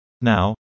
Now